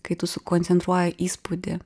kai tu sukoncentruoji įspūdį